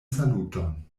saluton